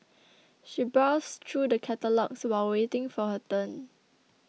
she browsed through the catalogues while waiting for her turn